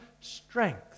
strength